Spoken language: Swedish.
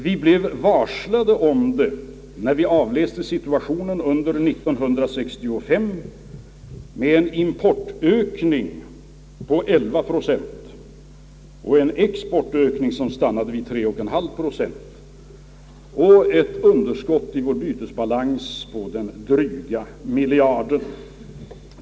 Vi blev varslade om situationen när vi avläste siffrorna för 1965, med en importökning på 11 procent, en exportökning som stannade vid 3,5 procent och ett underskott i vår bytesbalans på den dryga miljarden.